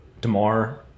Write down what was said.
Damar